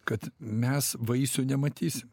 kad mes vaisių nematysim